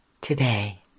today